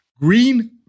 Green